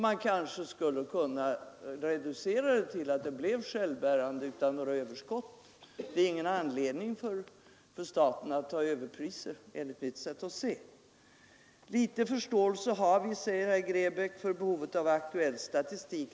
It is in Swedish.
Man kanske skulle kunna reducera avgifterna så att verksamheten blir självbärande utan att ge överskott. Det finns enligt mitt sätt att se ingen anledning för staten att ta ut överpriser. Herr Grebäck sade att vi har liten förståelse för behovet av statistik.